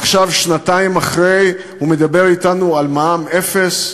ועכשיו, שנתיים אחרי, הוא מדבר אתנו על מע"מ אפס?